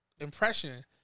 impression